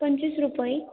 पंचवीस रुपये